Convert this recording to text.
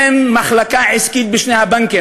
אין מחלקה עסקית בשני הבנקים,